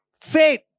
faith